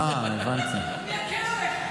אני אקל עליך.